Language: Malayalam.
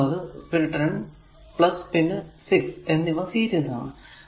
അപ്പോൾ ഈ 10 പിന്നെ 6 എന്നിവ സീരീസ് ആണ്